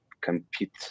compete